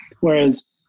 Whereas